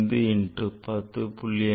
5 into 10